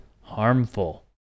Harmful